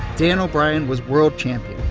dan o'brien was world champion.